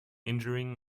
injuring